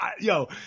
yo